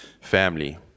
family